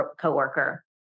coworker